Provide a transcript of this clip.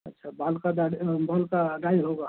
अच्छा बाल का दाढ़ी बाल का डाई होगा